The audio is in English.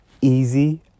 easy